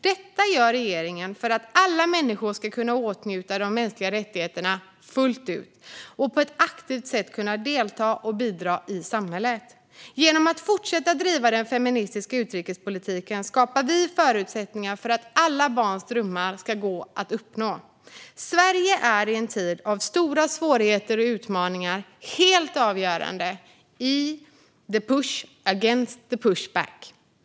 Detta gör regeringen för att alla människor ska kunna åtnjuta de mänskliga rättigheterna fullt ut och på ett aktivt sätt delta i och bidra till samhället. Genom att fortsätta bedriva den feministiska utrikespolitiken skapar vi förutsättningar för att alla barns drömmar ska kunna uppfyllas. Sverige är i en tid av stora svårigheter och utmaningar helt avgörande i the push against the pushback.